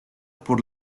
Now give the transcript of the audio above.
por